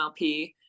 MLP